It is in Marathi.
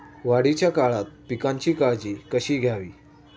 वाढीच्या काळात पिकांची काळजी कशी घ्यावी?